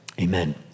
amen